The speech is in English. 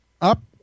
up